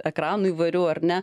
ekranų įvairių ar ne